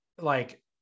like-